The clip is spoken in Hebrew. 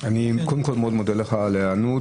יחולו עליהם הוראות מיוחדות,